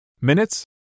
Minutes